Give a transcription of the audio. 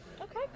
Okay